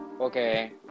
okay